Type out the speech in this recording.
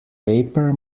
paper